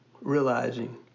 realizing